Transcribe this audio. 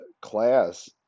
class